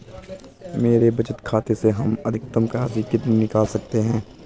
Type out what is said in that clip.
मेरे बचत खाते से हम अधिकतम राशि कितनी निकाल सकते हैं?